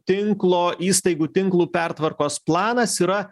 tinklo įstaigų tinklų pertvarkos planas yra